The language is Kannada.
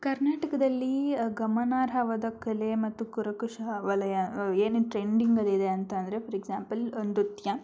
ಕರ್ನಾಟಕದಲ್ಲಿ ಗಮನಾರ್ಹವಾದ ಕಲೆ ಮತ್ತು ಕರಕುಶ ವಲಯ ಏನೇನು ಟ್ರೆಂಡಿಂಗಲ್ಲಿದೆ ಅಂತ ಅಂದರೆ ಫಾರ್ ಎಕ್ಸಾಂಪಲ್ ನೃತ್ಯ